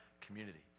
community